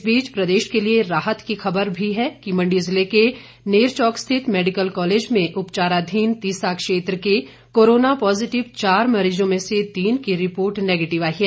इस बीच प्रदेश के लिए राहत खबर भी है कि मंडी जिले के नैरचोक स्थित मेडिकल कॉलेज में उपचाराधीन तीसा क्षेत्र के कोरोना पॉजिटिव चार मरीजों में से तीन की रिपोर्ट नेगिटिव आई है